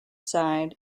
side